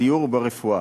בדיור וברפואה.